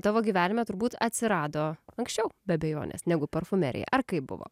tavo gyvenime turbūt atsirado anksčiau be abejonės negu parfumerija ar kaip buvo